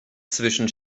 zwischen